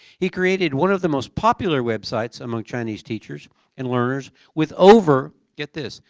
he created one of the most popular websites among chinese teachers and learners with over, get this,